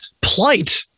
plight